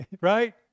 right